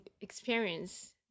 experience